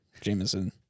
Jameson